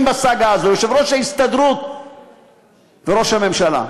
בסאגה הזאת: יושב-ראש ההסתדרות וראש הממשלה,